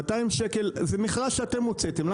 זה מכרז שאתם הוצאתם.